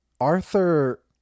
Arthur